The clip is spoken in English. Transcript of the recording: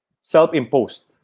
Self-imposed